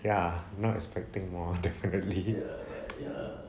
ya not expecting more definitely